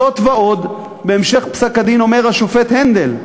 זאת ועוד, בהמשך פסק-הדין אומר השופט הנדל: